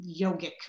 yogic